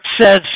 says